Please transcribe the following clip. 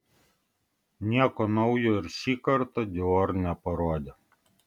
nieko naujo ir šį kartą dior neparodė